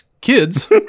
Kids